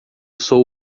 sou